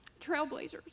trailblazers